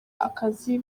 akazi